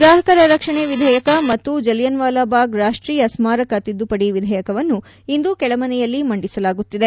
ಗ್ರಾಹಕರ ರಕ್ಷಣೆ ವಿಧೇಯಕ ಮತ್ತು ಜಲಿಯನ್ ವಾಲಾಬಾಗ್ ರಾಷ್ಟೀಯ ಸ್ಮಾರಕ ತಿದ್ದುಪದಿ ವಿಧೇಯಕವನ್ನೂ ಇಂದು ಕೆಳಮನೆಯಲ್ಲಿ ಮಂದಿಸಲಾಗುತ್ತಿದೆ